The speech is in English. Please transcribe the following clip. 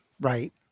Right